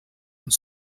und